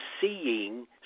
seeing